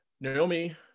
Naomi